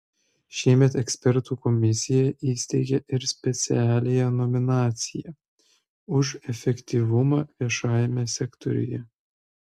šiemet ekspertų komisija įsteigė ir specialiąją nominaciją už efektyvumą viešajame sektoriuje